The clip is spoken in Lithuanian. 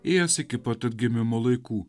ėjęs iki pat atgimimo laikų